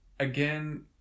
again